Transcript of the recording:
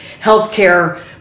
healthcare